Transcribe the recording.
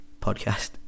podcast